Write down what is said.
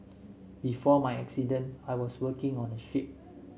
before my accident I was working on a ship